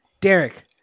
Derek